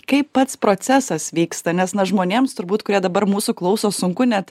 kaip pats procesas vyksta nes žmonėms turbūt kurie dabar mūsų klauso sunku net